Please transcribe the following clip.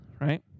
right